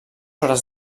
hores